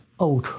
out